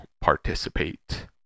participate